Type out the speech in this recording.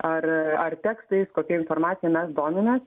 ar ar tekstais kokia informacija mes domimės